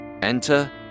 Enter